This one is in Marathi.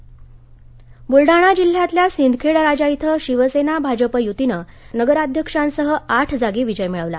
वलडाणा बुलडाणा जिल्ह्यातल्या सिंदखेडराजा इथं शिवसेना भाजप युतीनं नगराध्यक्षासह आठ जागी विजय मिळवला